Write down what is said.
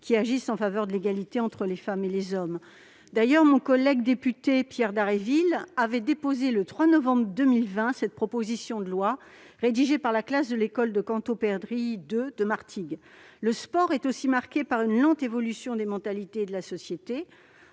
qui agissent en faveur de l'égalité entre les femmes et les hommes. Mon collègue député Pierre Dharréville avait d'ailleurs déposé, le 3 novembre 2020, cette proposition de loi rédigée par la classe de Canto Perdrix 2 de Martigues. Le sport est aussi marqué par une lente évolution des mentalités de la société.